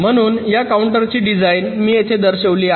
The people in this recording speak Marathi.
म्हणून या काउंटरची डिझाइन मी येथे दर्शविली आहे